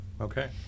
okay